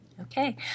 Okay